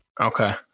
Okay